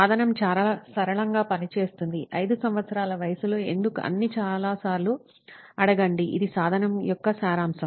సాధనం చాలా సరళంగా పనిచేస్తుంది 5 సంవత్సరాల వయస్సులో ' ఎందుకు అన్ని చాలాసార్లు అడగండి ఇది సాధనం యొక్క సారాంశం